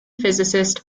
physicist